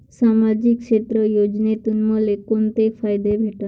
सामाजिक क्षेत्र योजनेतून मले कोंते फायदे भेटन?